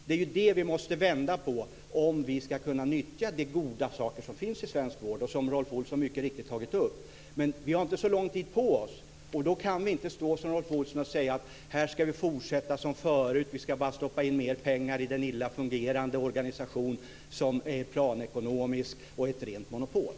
Det är det som vi måste vända på om vi ska kunna nyttja de goda saker som finns i svensk vård, och som Rolf Olsson mycket riktigt tagit upp. Men vi har inte så lång tid på oss, och därför kan vi inte stå som Rolf Olsson och säga: Här ska vi fortsätta som förut - vi ska bara stoppa in mer pengar i den lilla fungerande organisation som är planekonomisk, och ett rent monopol.